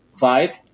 vibe